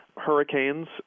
hurricanes